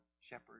shepherd